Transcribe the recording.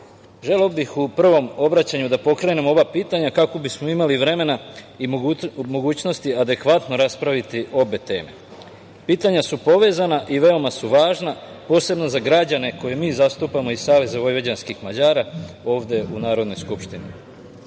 bih u prvom obraćanju da pokrenem ova pitanja kako bismo imali vremena i mogućnosti adekvatno raspraviti obe teme. Pitanja su povezana i veoma su važna, posebno za građane koje mi zastupamo iz SVM, ovde u Narodnoj skupštini. Prvo